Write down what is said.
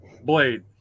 Blade